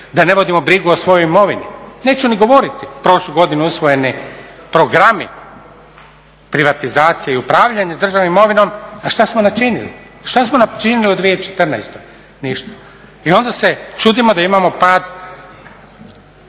da ne vodimo brigu o svojoj imovini. Neću ni govoriti prošlu godinu usvojeni programi privatizacije i upravljanja državnom imovinom, a šta smo načinili. Šta smo načinili u 2014.? Ništa. I onda se čudimo da imamo pad